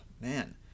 man